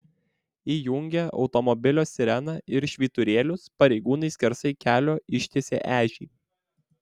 įjungę automobilio sireną ir švyturėlius pareigūnai skersai kelio ištiesė ežį